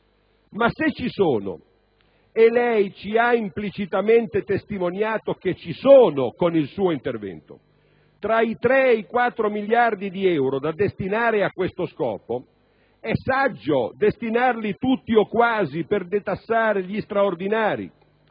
Ma se ci sono - e lei ci ha implicitamente testimoniato che ci sono, con il suo intervento - tra i 3 e i 4 miliardi di euro da destinare a questo scopo, è saggio destinarli tutti o quasi per detassare gli straordinari